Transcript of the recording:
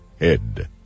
head